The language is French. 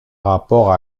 rapport